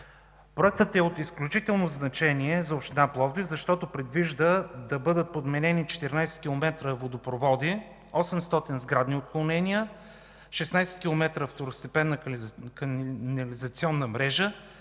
Проектът е от изключително значение за община Пловдив, защото предвижда да бъдат подменени 14 км водопроводи, 800 сградни отклонения, 16 км второстепенна канализационна мрежа,